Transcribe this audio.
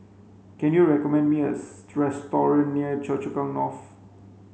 can you recommend me a restaurant near Choa Chu Kang North